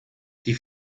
die